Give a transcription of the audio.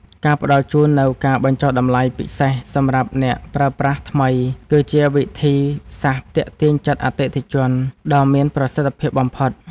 ការផ្ដល់ជូននូវការបញ្ចុះតម្លៃពិសេសសម្រាប់អ្នកប្រើប្រាស់ថ្មី គឺជាវិធីសាស្ត្រទាក់ទាញចិត្តអតិថិជនដ៏មានប្រសិទ្ធភាពបំផុត។